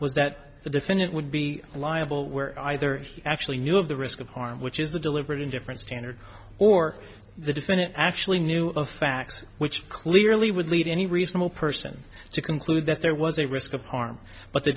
was that the defendant would be liable where either he actually knew of the risk of harm which is the deliberate indifference standard or the defendant actually knew of facts which clearly would lead any reasonable person to conclude that there was a risk of harm but the